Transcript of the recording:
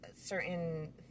certain